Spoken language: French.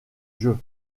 jeu